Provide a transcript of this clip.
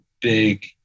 big